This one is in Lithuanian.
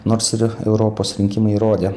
nors ir europos rinkimai įrodė